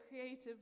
creative